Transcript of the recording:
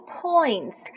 points